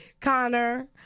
Connor